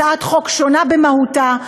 הצעת חוק שונה במהותה,